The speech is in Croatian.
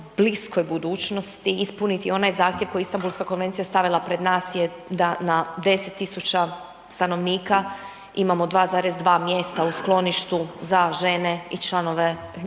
bliskoj budućnosti ispuniti onaj zahtjev koji je Istambulska konvencija stavila pred nas je da na 10 000 stanovnika imamo 2,2 mjesta u skloništu za žene i članove obitelji.